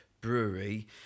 brewery